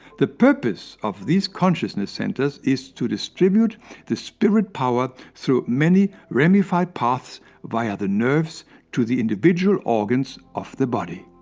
the purpose of these consciousness centers is to distribute the spirit power through many ramified paths via the nerves to the individual organs of the body.